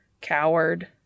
Coward